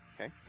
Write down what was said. okay